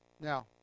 Now